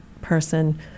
person